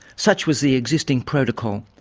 such was the existing protocol.